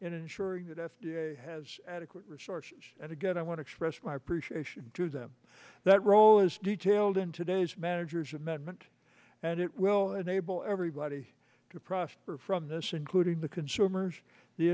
in ensuring that f d a has adequate resources and again i want to express my appreciation to them that role is detailed in today's manager's amendment and it will enable everybody to prosper from this including the consumers the